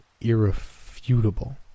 irrefutable